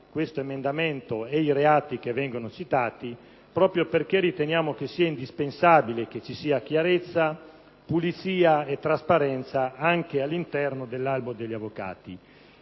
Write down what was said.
questo emendamento e i reati che vengono citati, proprio perché riteniamo indispensabile una certa chiarezza, pulizia e trasparenza anche all'interno dell'albo degli avvocati.